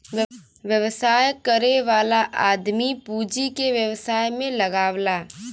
व्यवसाय करे वाला आदमी पूँजी के व्यवसाय में लगावला